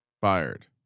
fired